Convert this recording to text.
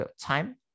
time